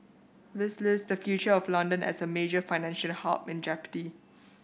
this leaves the future of London as a major financial hub in jeopardy